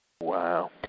Wow